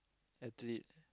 athlete